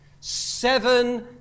Seven